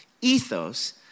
ethos